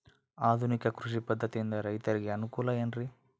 ಆಧುನಿಕ ಕೃಷಿ ಪದ್ಧತಿಯಿಂದ ರೈತರಿಗೆ ಅನುಕೂಲ ಏನ್ರಿ?